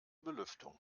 belüftung